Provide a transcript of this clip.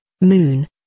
moon